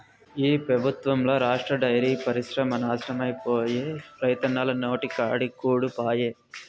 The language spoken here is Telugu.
ఈ పెబుత్వంల రాష్ట్ర డైరీ పరిశ్రమ నాశనమైపాయే, రైతన్నల నోటికాడి కూడు పాయె